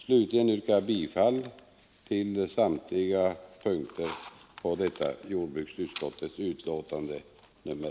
Slutligen yrkar jag bifall till vad utskottet hemställt på samtliga övriga punkter i jordbruksutskottets betänkande nr £